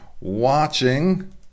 watching